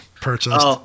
purchased